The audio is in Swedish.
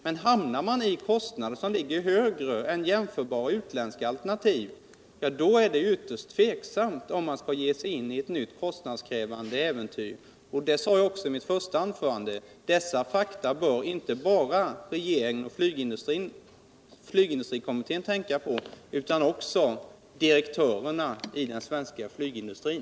Men hamnar man på en högre kostnadsnivå än vid jämförbara utländska alternativ, är det ytterst tveksamt, om man skall ge sig in på ett nytt kostnadskrävande äventyr, vilket jaz också framhöll i mitt första inlägg. Dessa fakta bör inte bara regeringen och flygindustrikommittén tänka på, utan också direktörerna i den svenska flygindustrin.